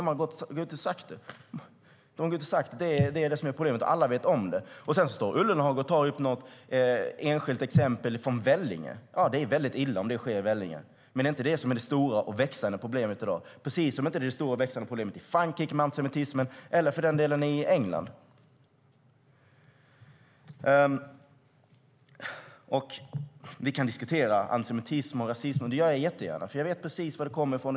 De har gått ut och sagt att det är det som är problemet. Alla vet om det. Sedan står Ullenhag och tar upp ett enskilt exempel från Vellinge. Det är väldigt illa om det sker i Vellinge, men det är inte det som är det stora och växande problemet i dag, precis som det inte är det stora problemet med antisemitismen i Frankrike eller för den delen i England. Vi kan diskutera antisemitism och rasism. Det gör jag jättegärna. Jag vet precis var det kommer från.